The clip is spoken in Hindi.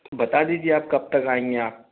बता दीजिए आप कब तक आएँगे आप